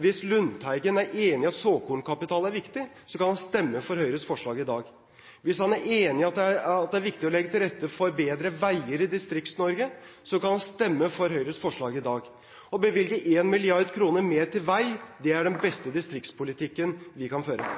Hvis Lundteigen er enig i at såkornkapital er viktig, kan han stemme for Høyres forslag i dag. Hvis han er enig i at det er viktig å legge til rette for bedre veier i Distrikts-Norge, kan han stemme for Høyres forslag i dag. Å bevilge 1 mrd. kr mer til vei er den beste distriktspolitikken vi kan føre.